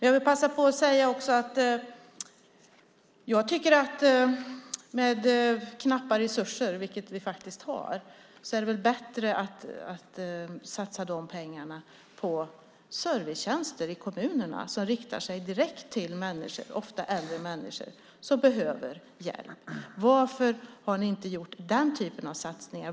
Jag vill passa på att säga att med de knappa resurser som vi faktiskt har är det väl bättre att satsa de pengarna på servicetjänster i kommunerna som riktar sig direkt till människor, ofta äldre människor, som behöver hjälp. Varför har ni inte gjort den typen av satsningar?